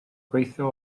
gweithio